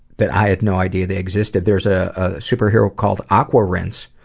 that i had no idea they existed. there's a superhero called aquarinse,